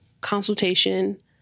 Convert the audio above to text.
consultation